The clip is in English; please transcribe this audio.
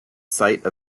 site